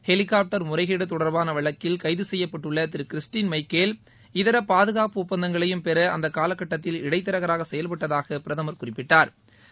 helicopter முறைகேடு தொடர்பான வழக்கில் கைது செய்யப்பட்டுள்ள திரு கிறிஸ்டின் மைக்கேல் இதர பாதுகாப்பு ஒப்பந்தங்களையும் பெற அந்தக் காலகட்டத்தில் இடைதரகராக செயல்பட்டதாகப் பிரதமர் குறிப்பிட்டா்